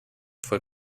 fue